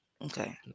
Okay